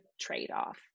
trade-off